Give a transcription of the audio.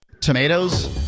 tomatoes